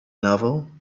novel